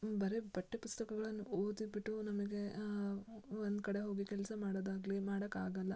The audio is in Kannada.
ಬರೀ ಪಠ್ಯಪುಸ್ತಕಗಳನ್ನು ಓದಿ ಬಿಟ್ಟು ನಮಗೆ ಒಂದು ಕಡೆ ಹೋಗಿ ಕೆಲಸ ಮಾಡೋದು ಆಗಲೀ ಮಾಡೋಕ್ ಆಗೋಲ್ಲ